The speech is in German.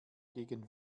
gegen